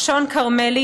שון כרמלי.